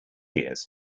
years